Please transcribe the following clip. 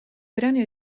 brani